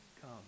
Come